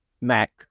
Mac